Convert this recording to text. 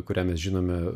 kurią mes žinome